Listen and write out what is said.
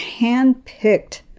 handpicked